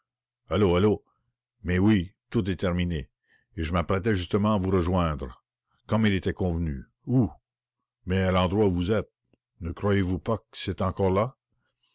mais oui tout est terminé et je m'apprêtais justement à vous rejoindre comme il était convenu où mais à l'endroit où vous êtes ne croyez-vous pas que c'est encore là